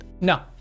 No